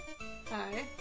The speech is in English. Hi